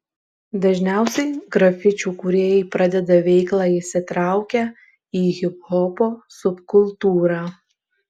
dažniausiai grafičių kūrėjai pradeda veiklą įsitraukę į hiphopo subkultūrą